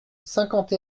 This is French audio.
cinquante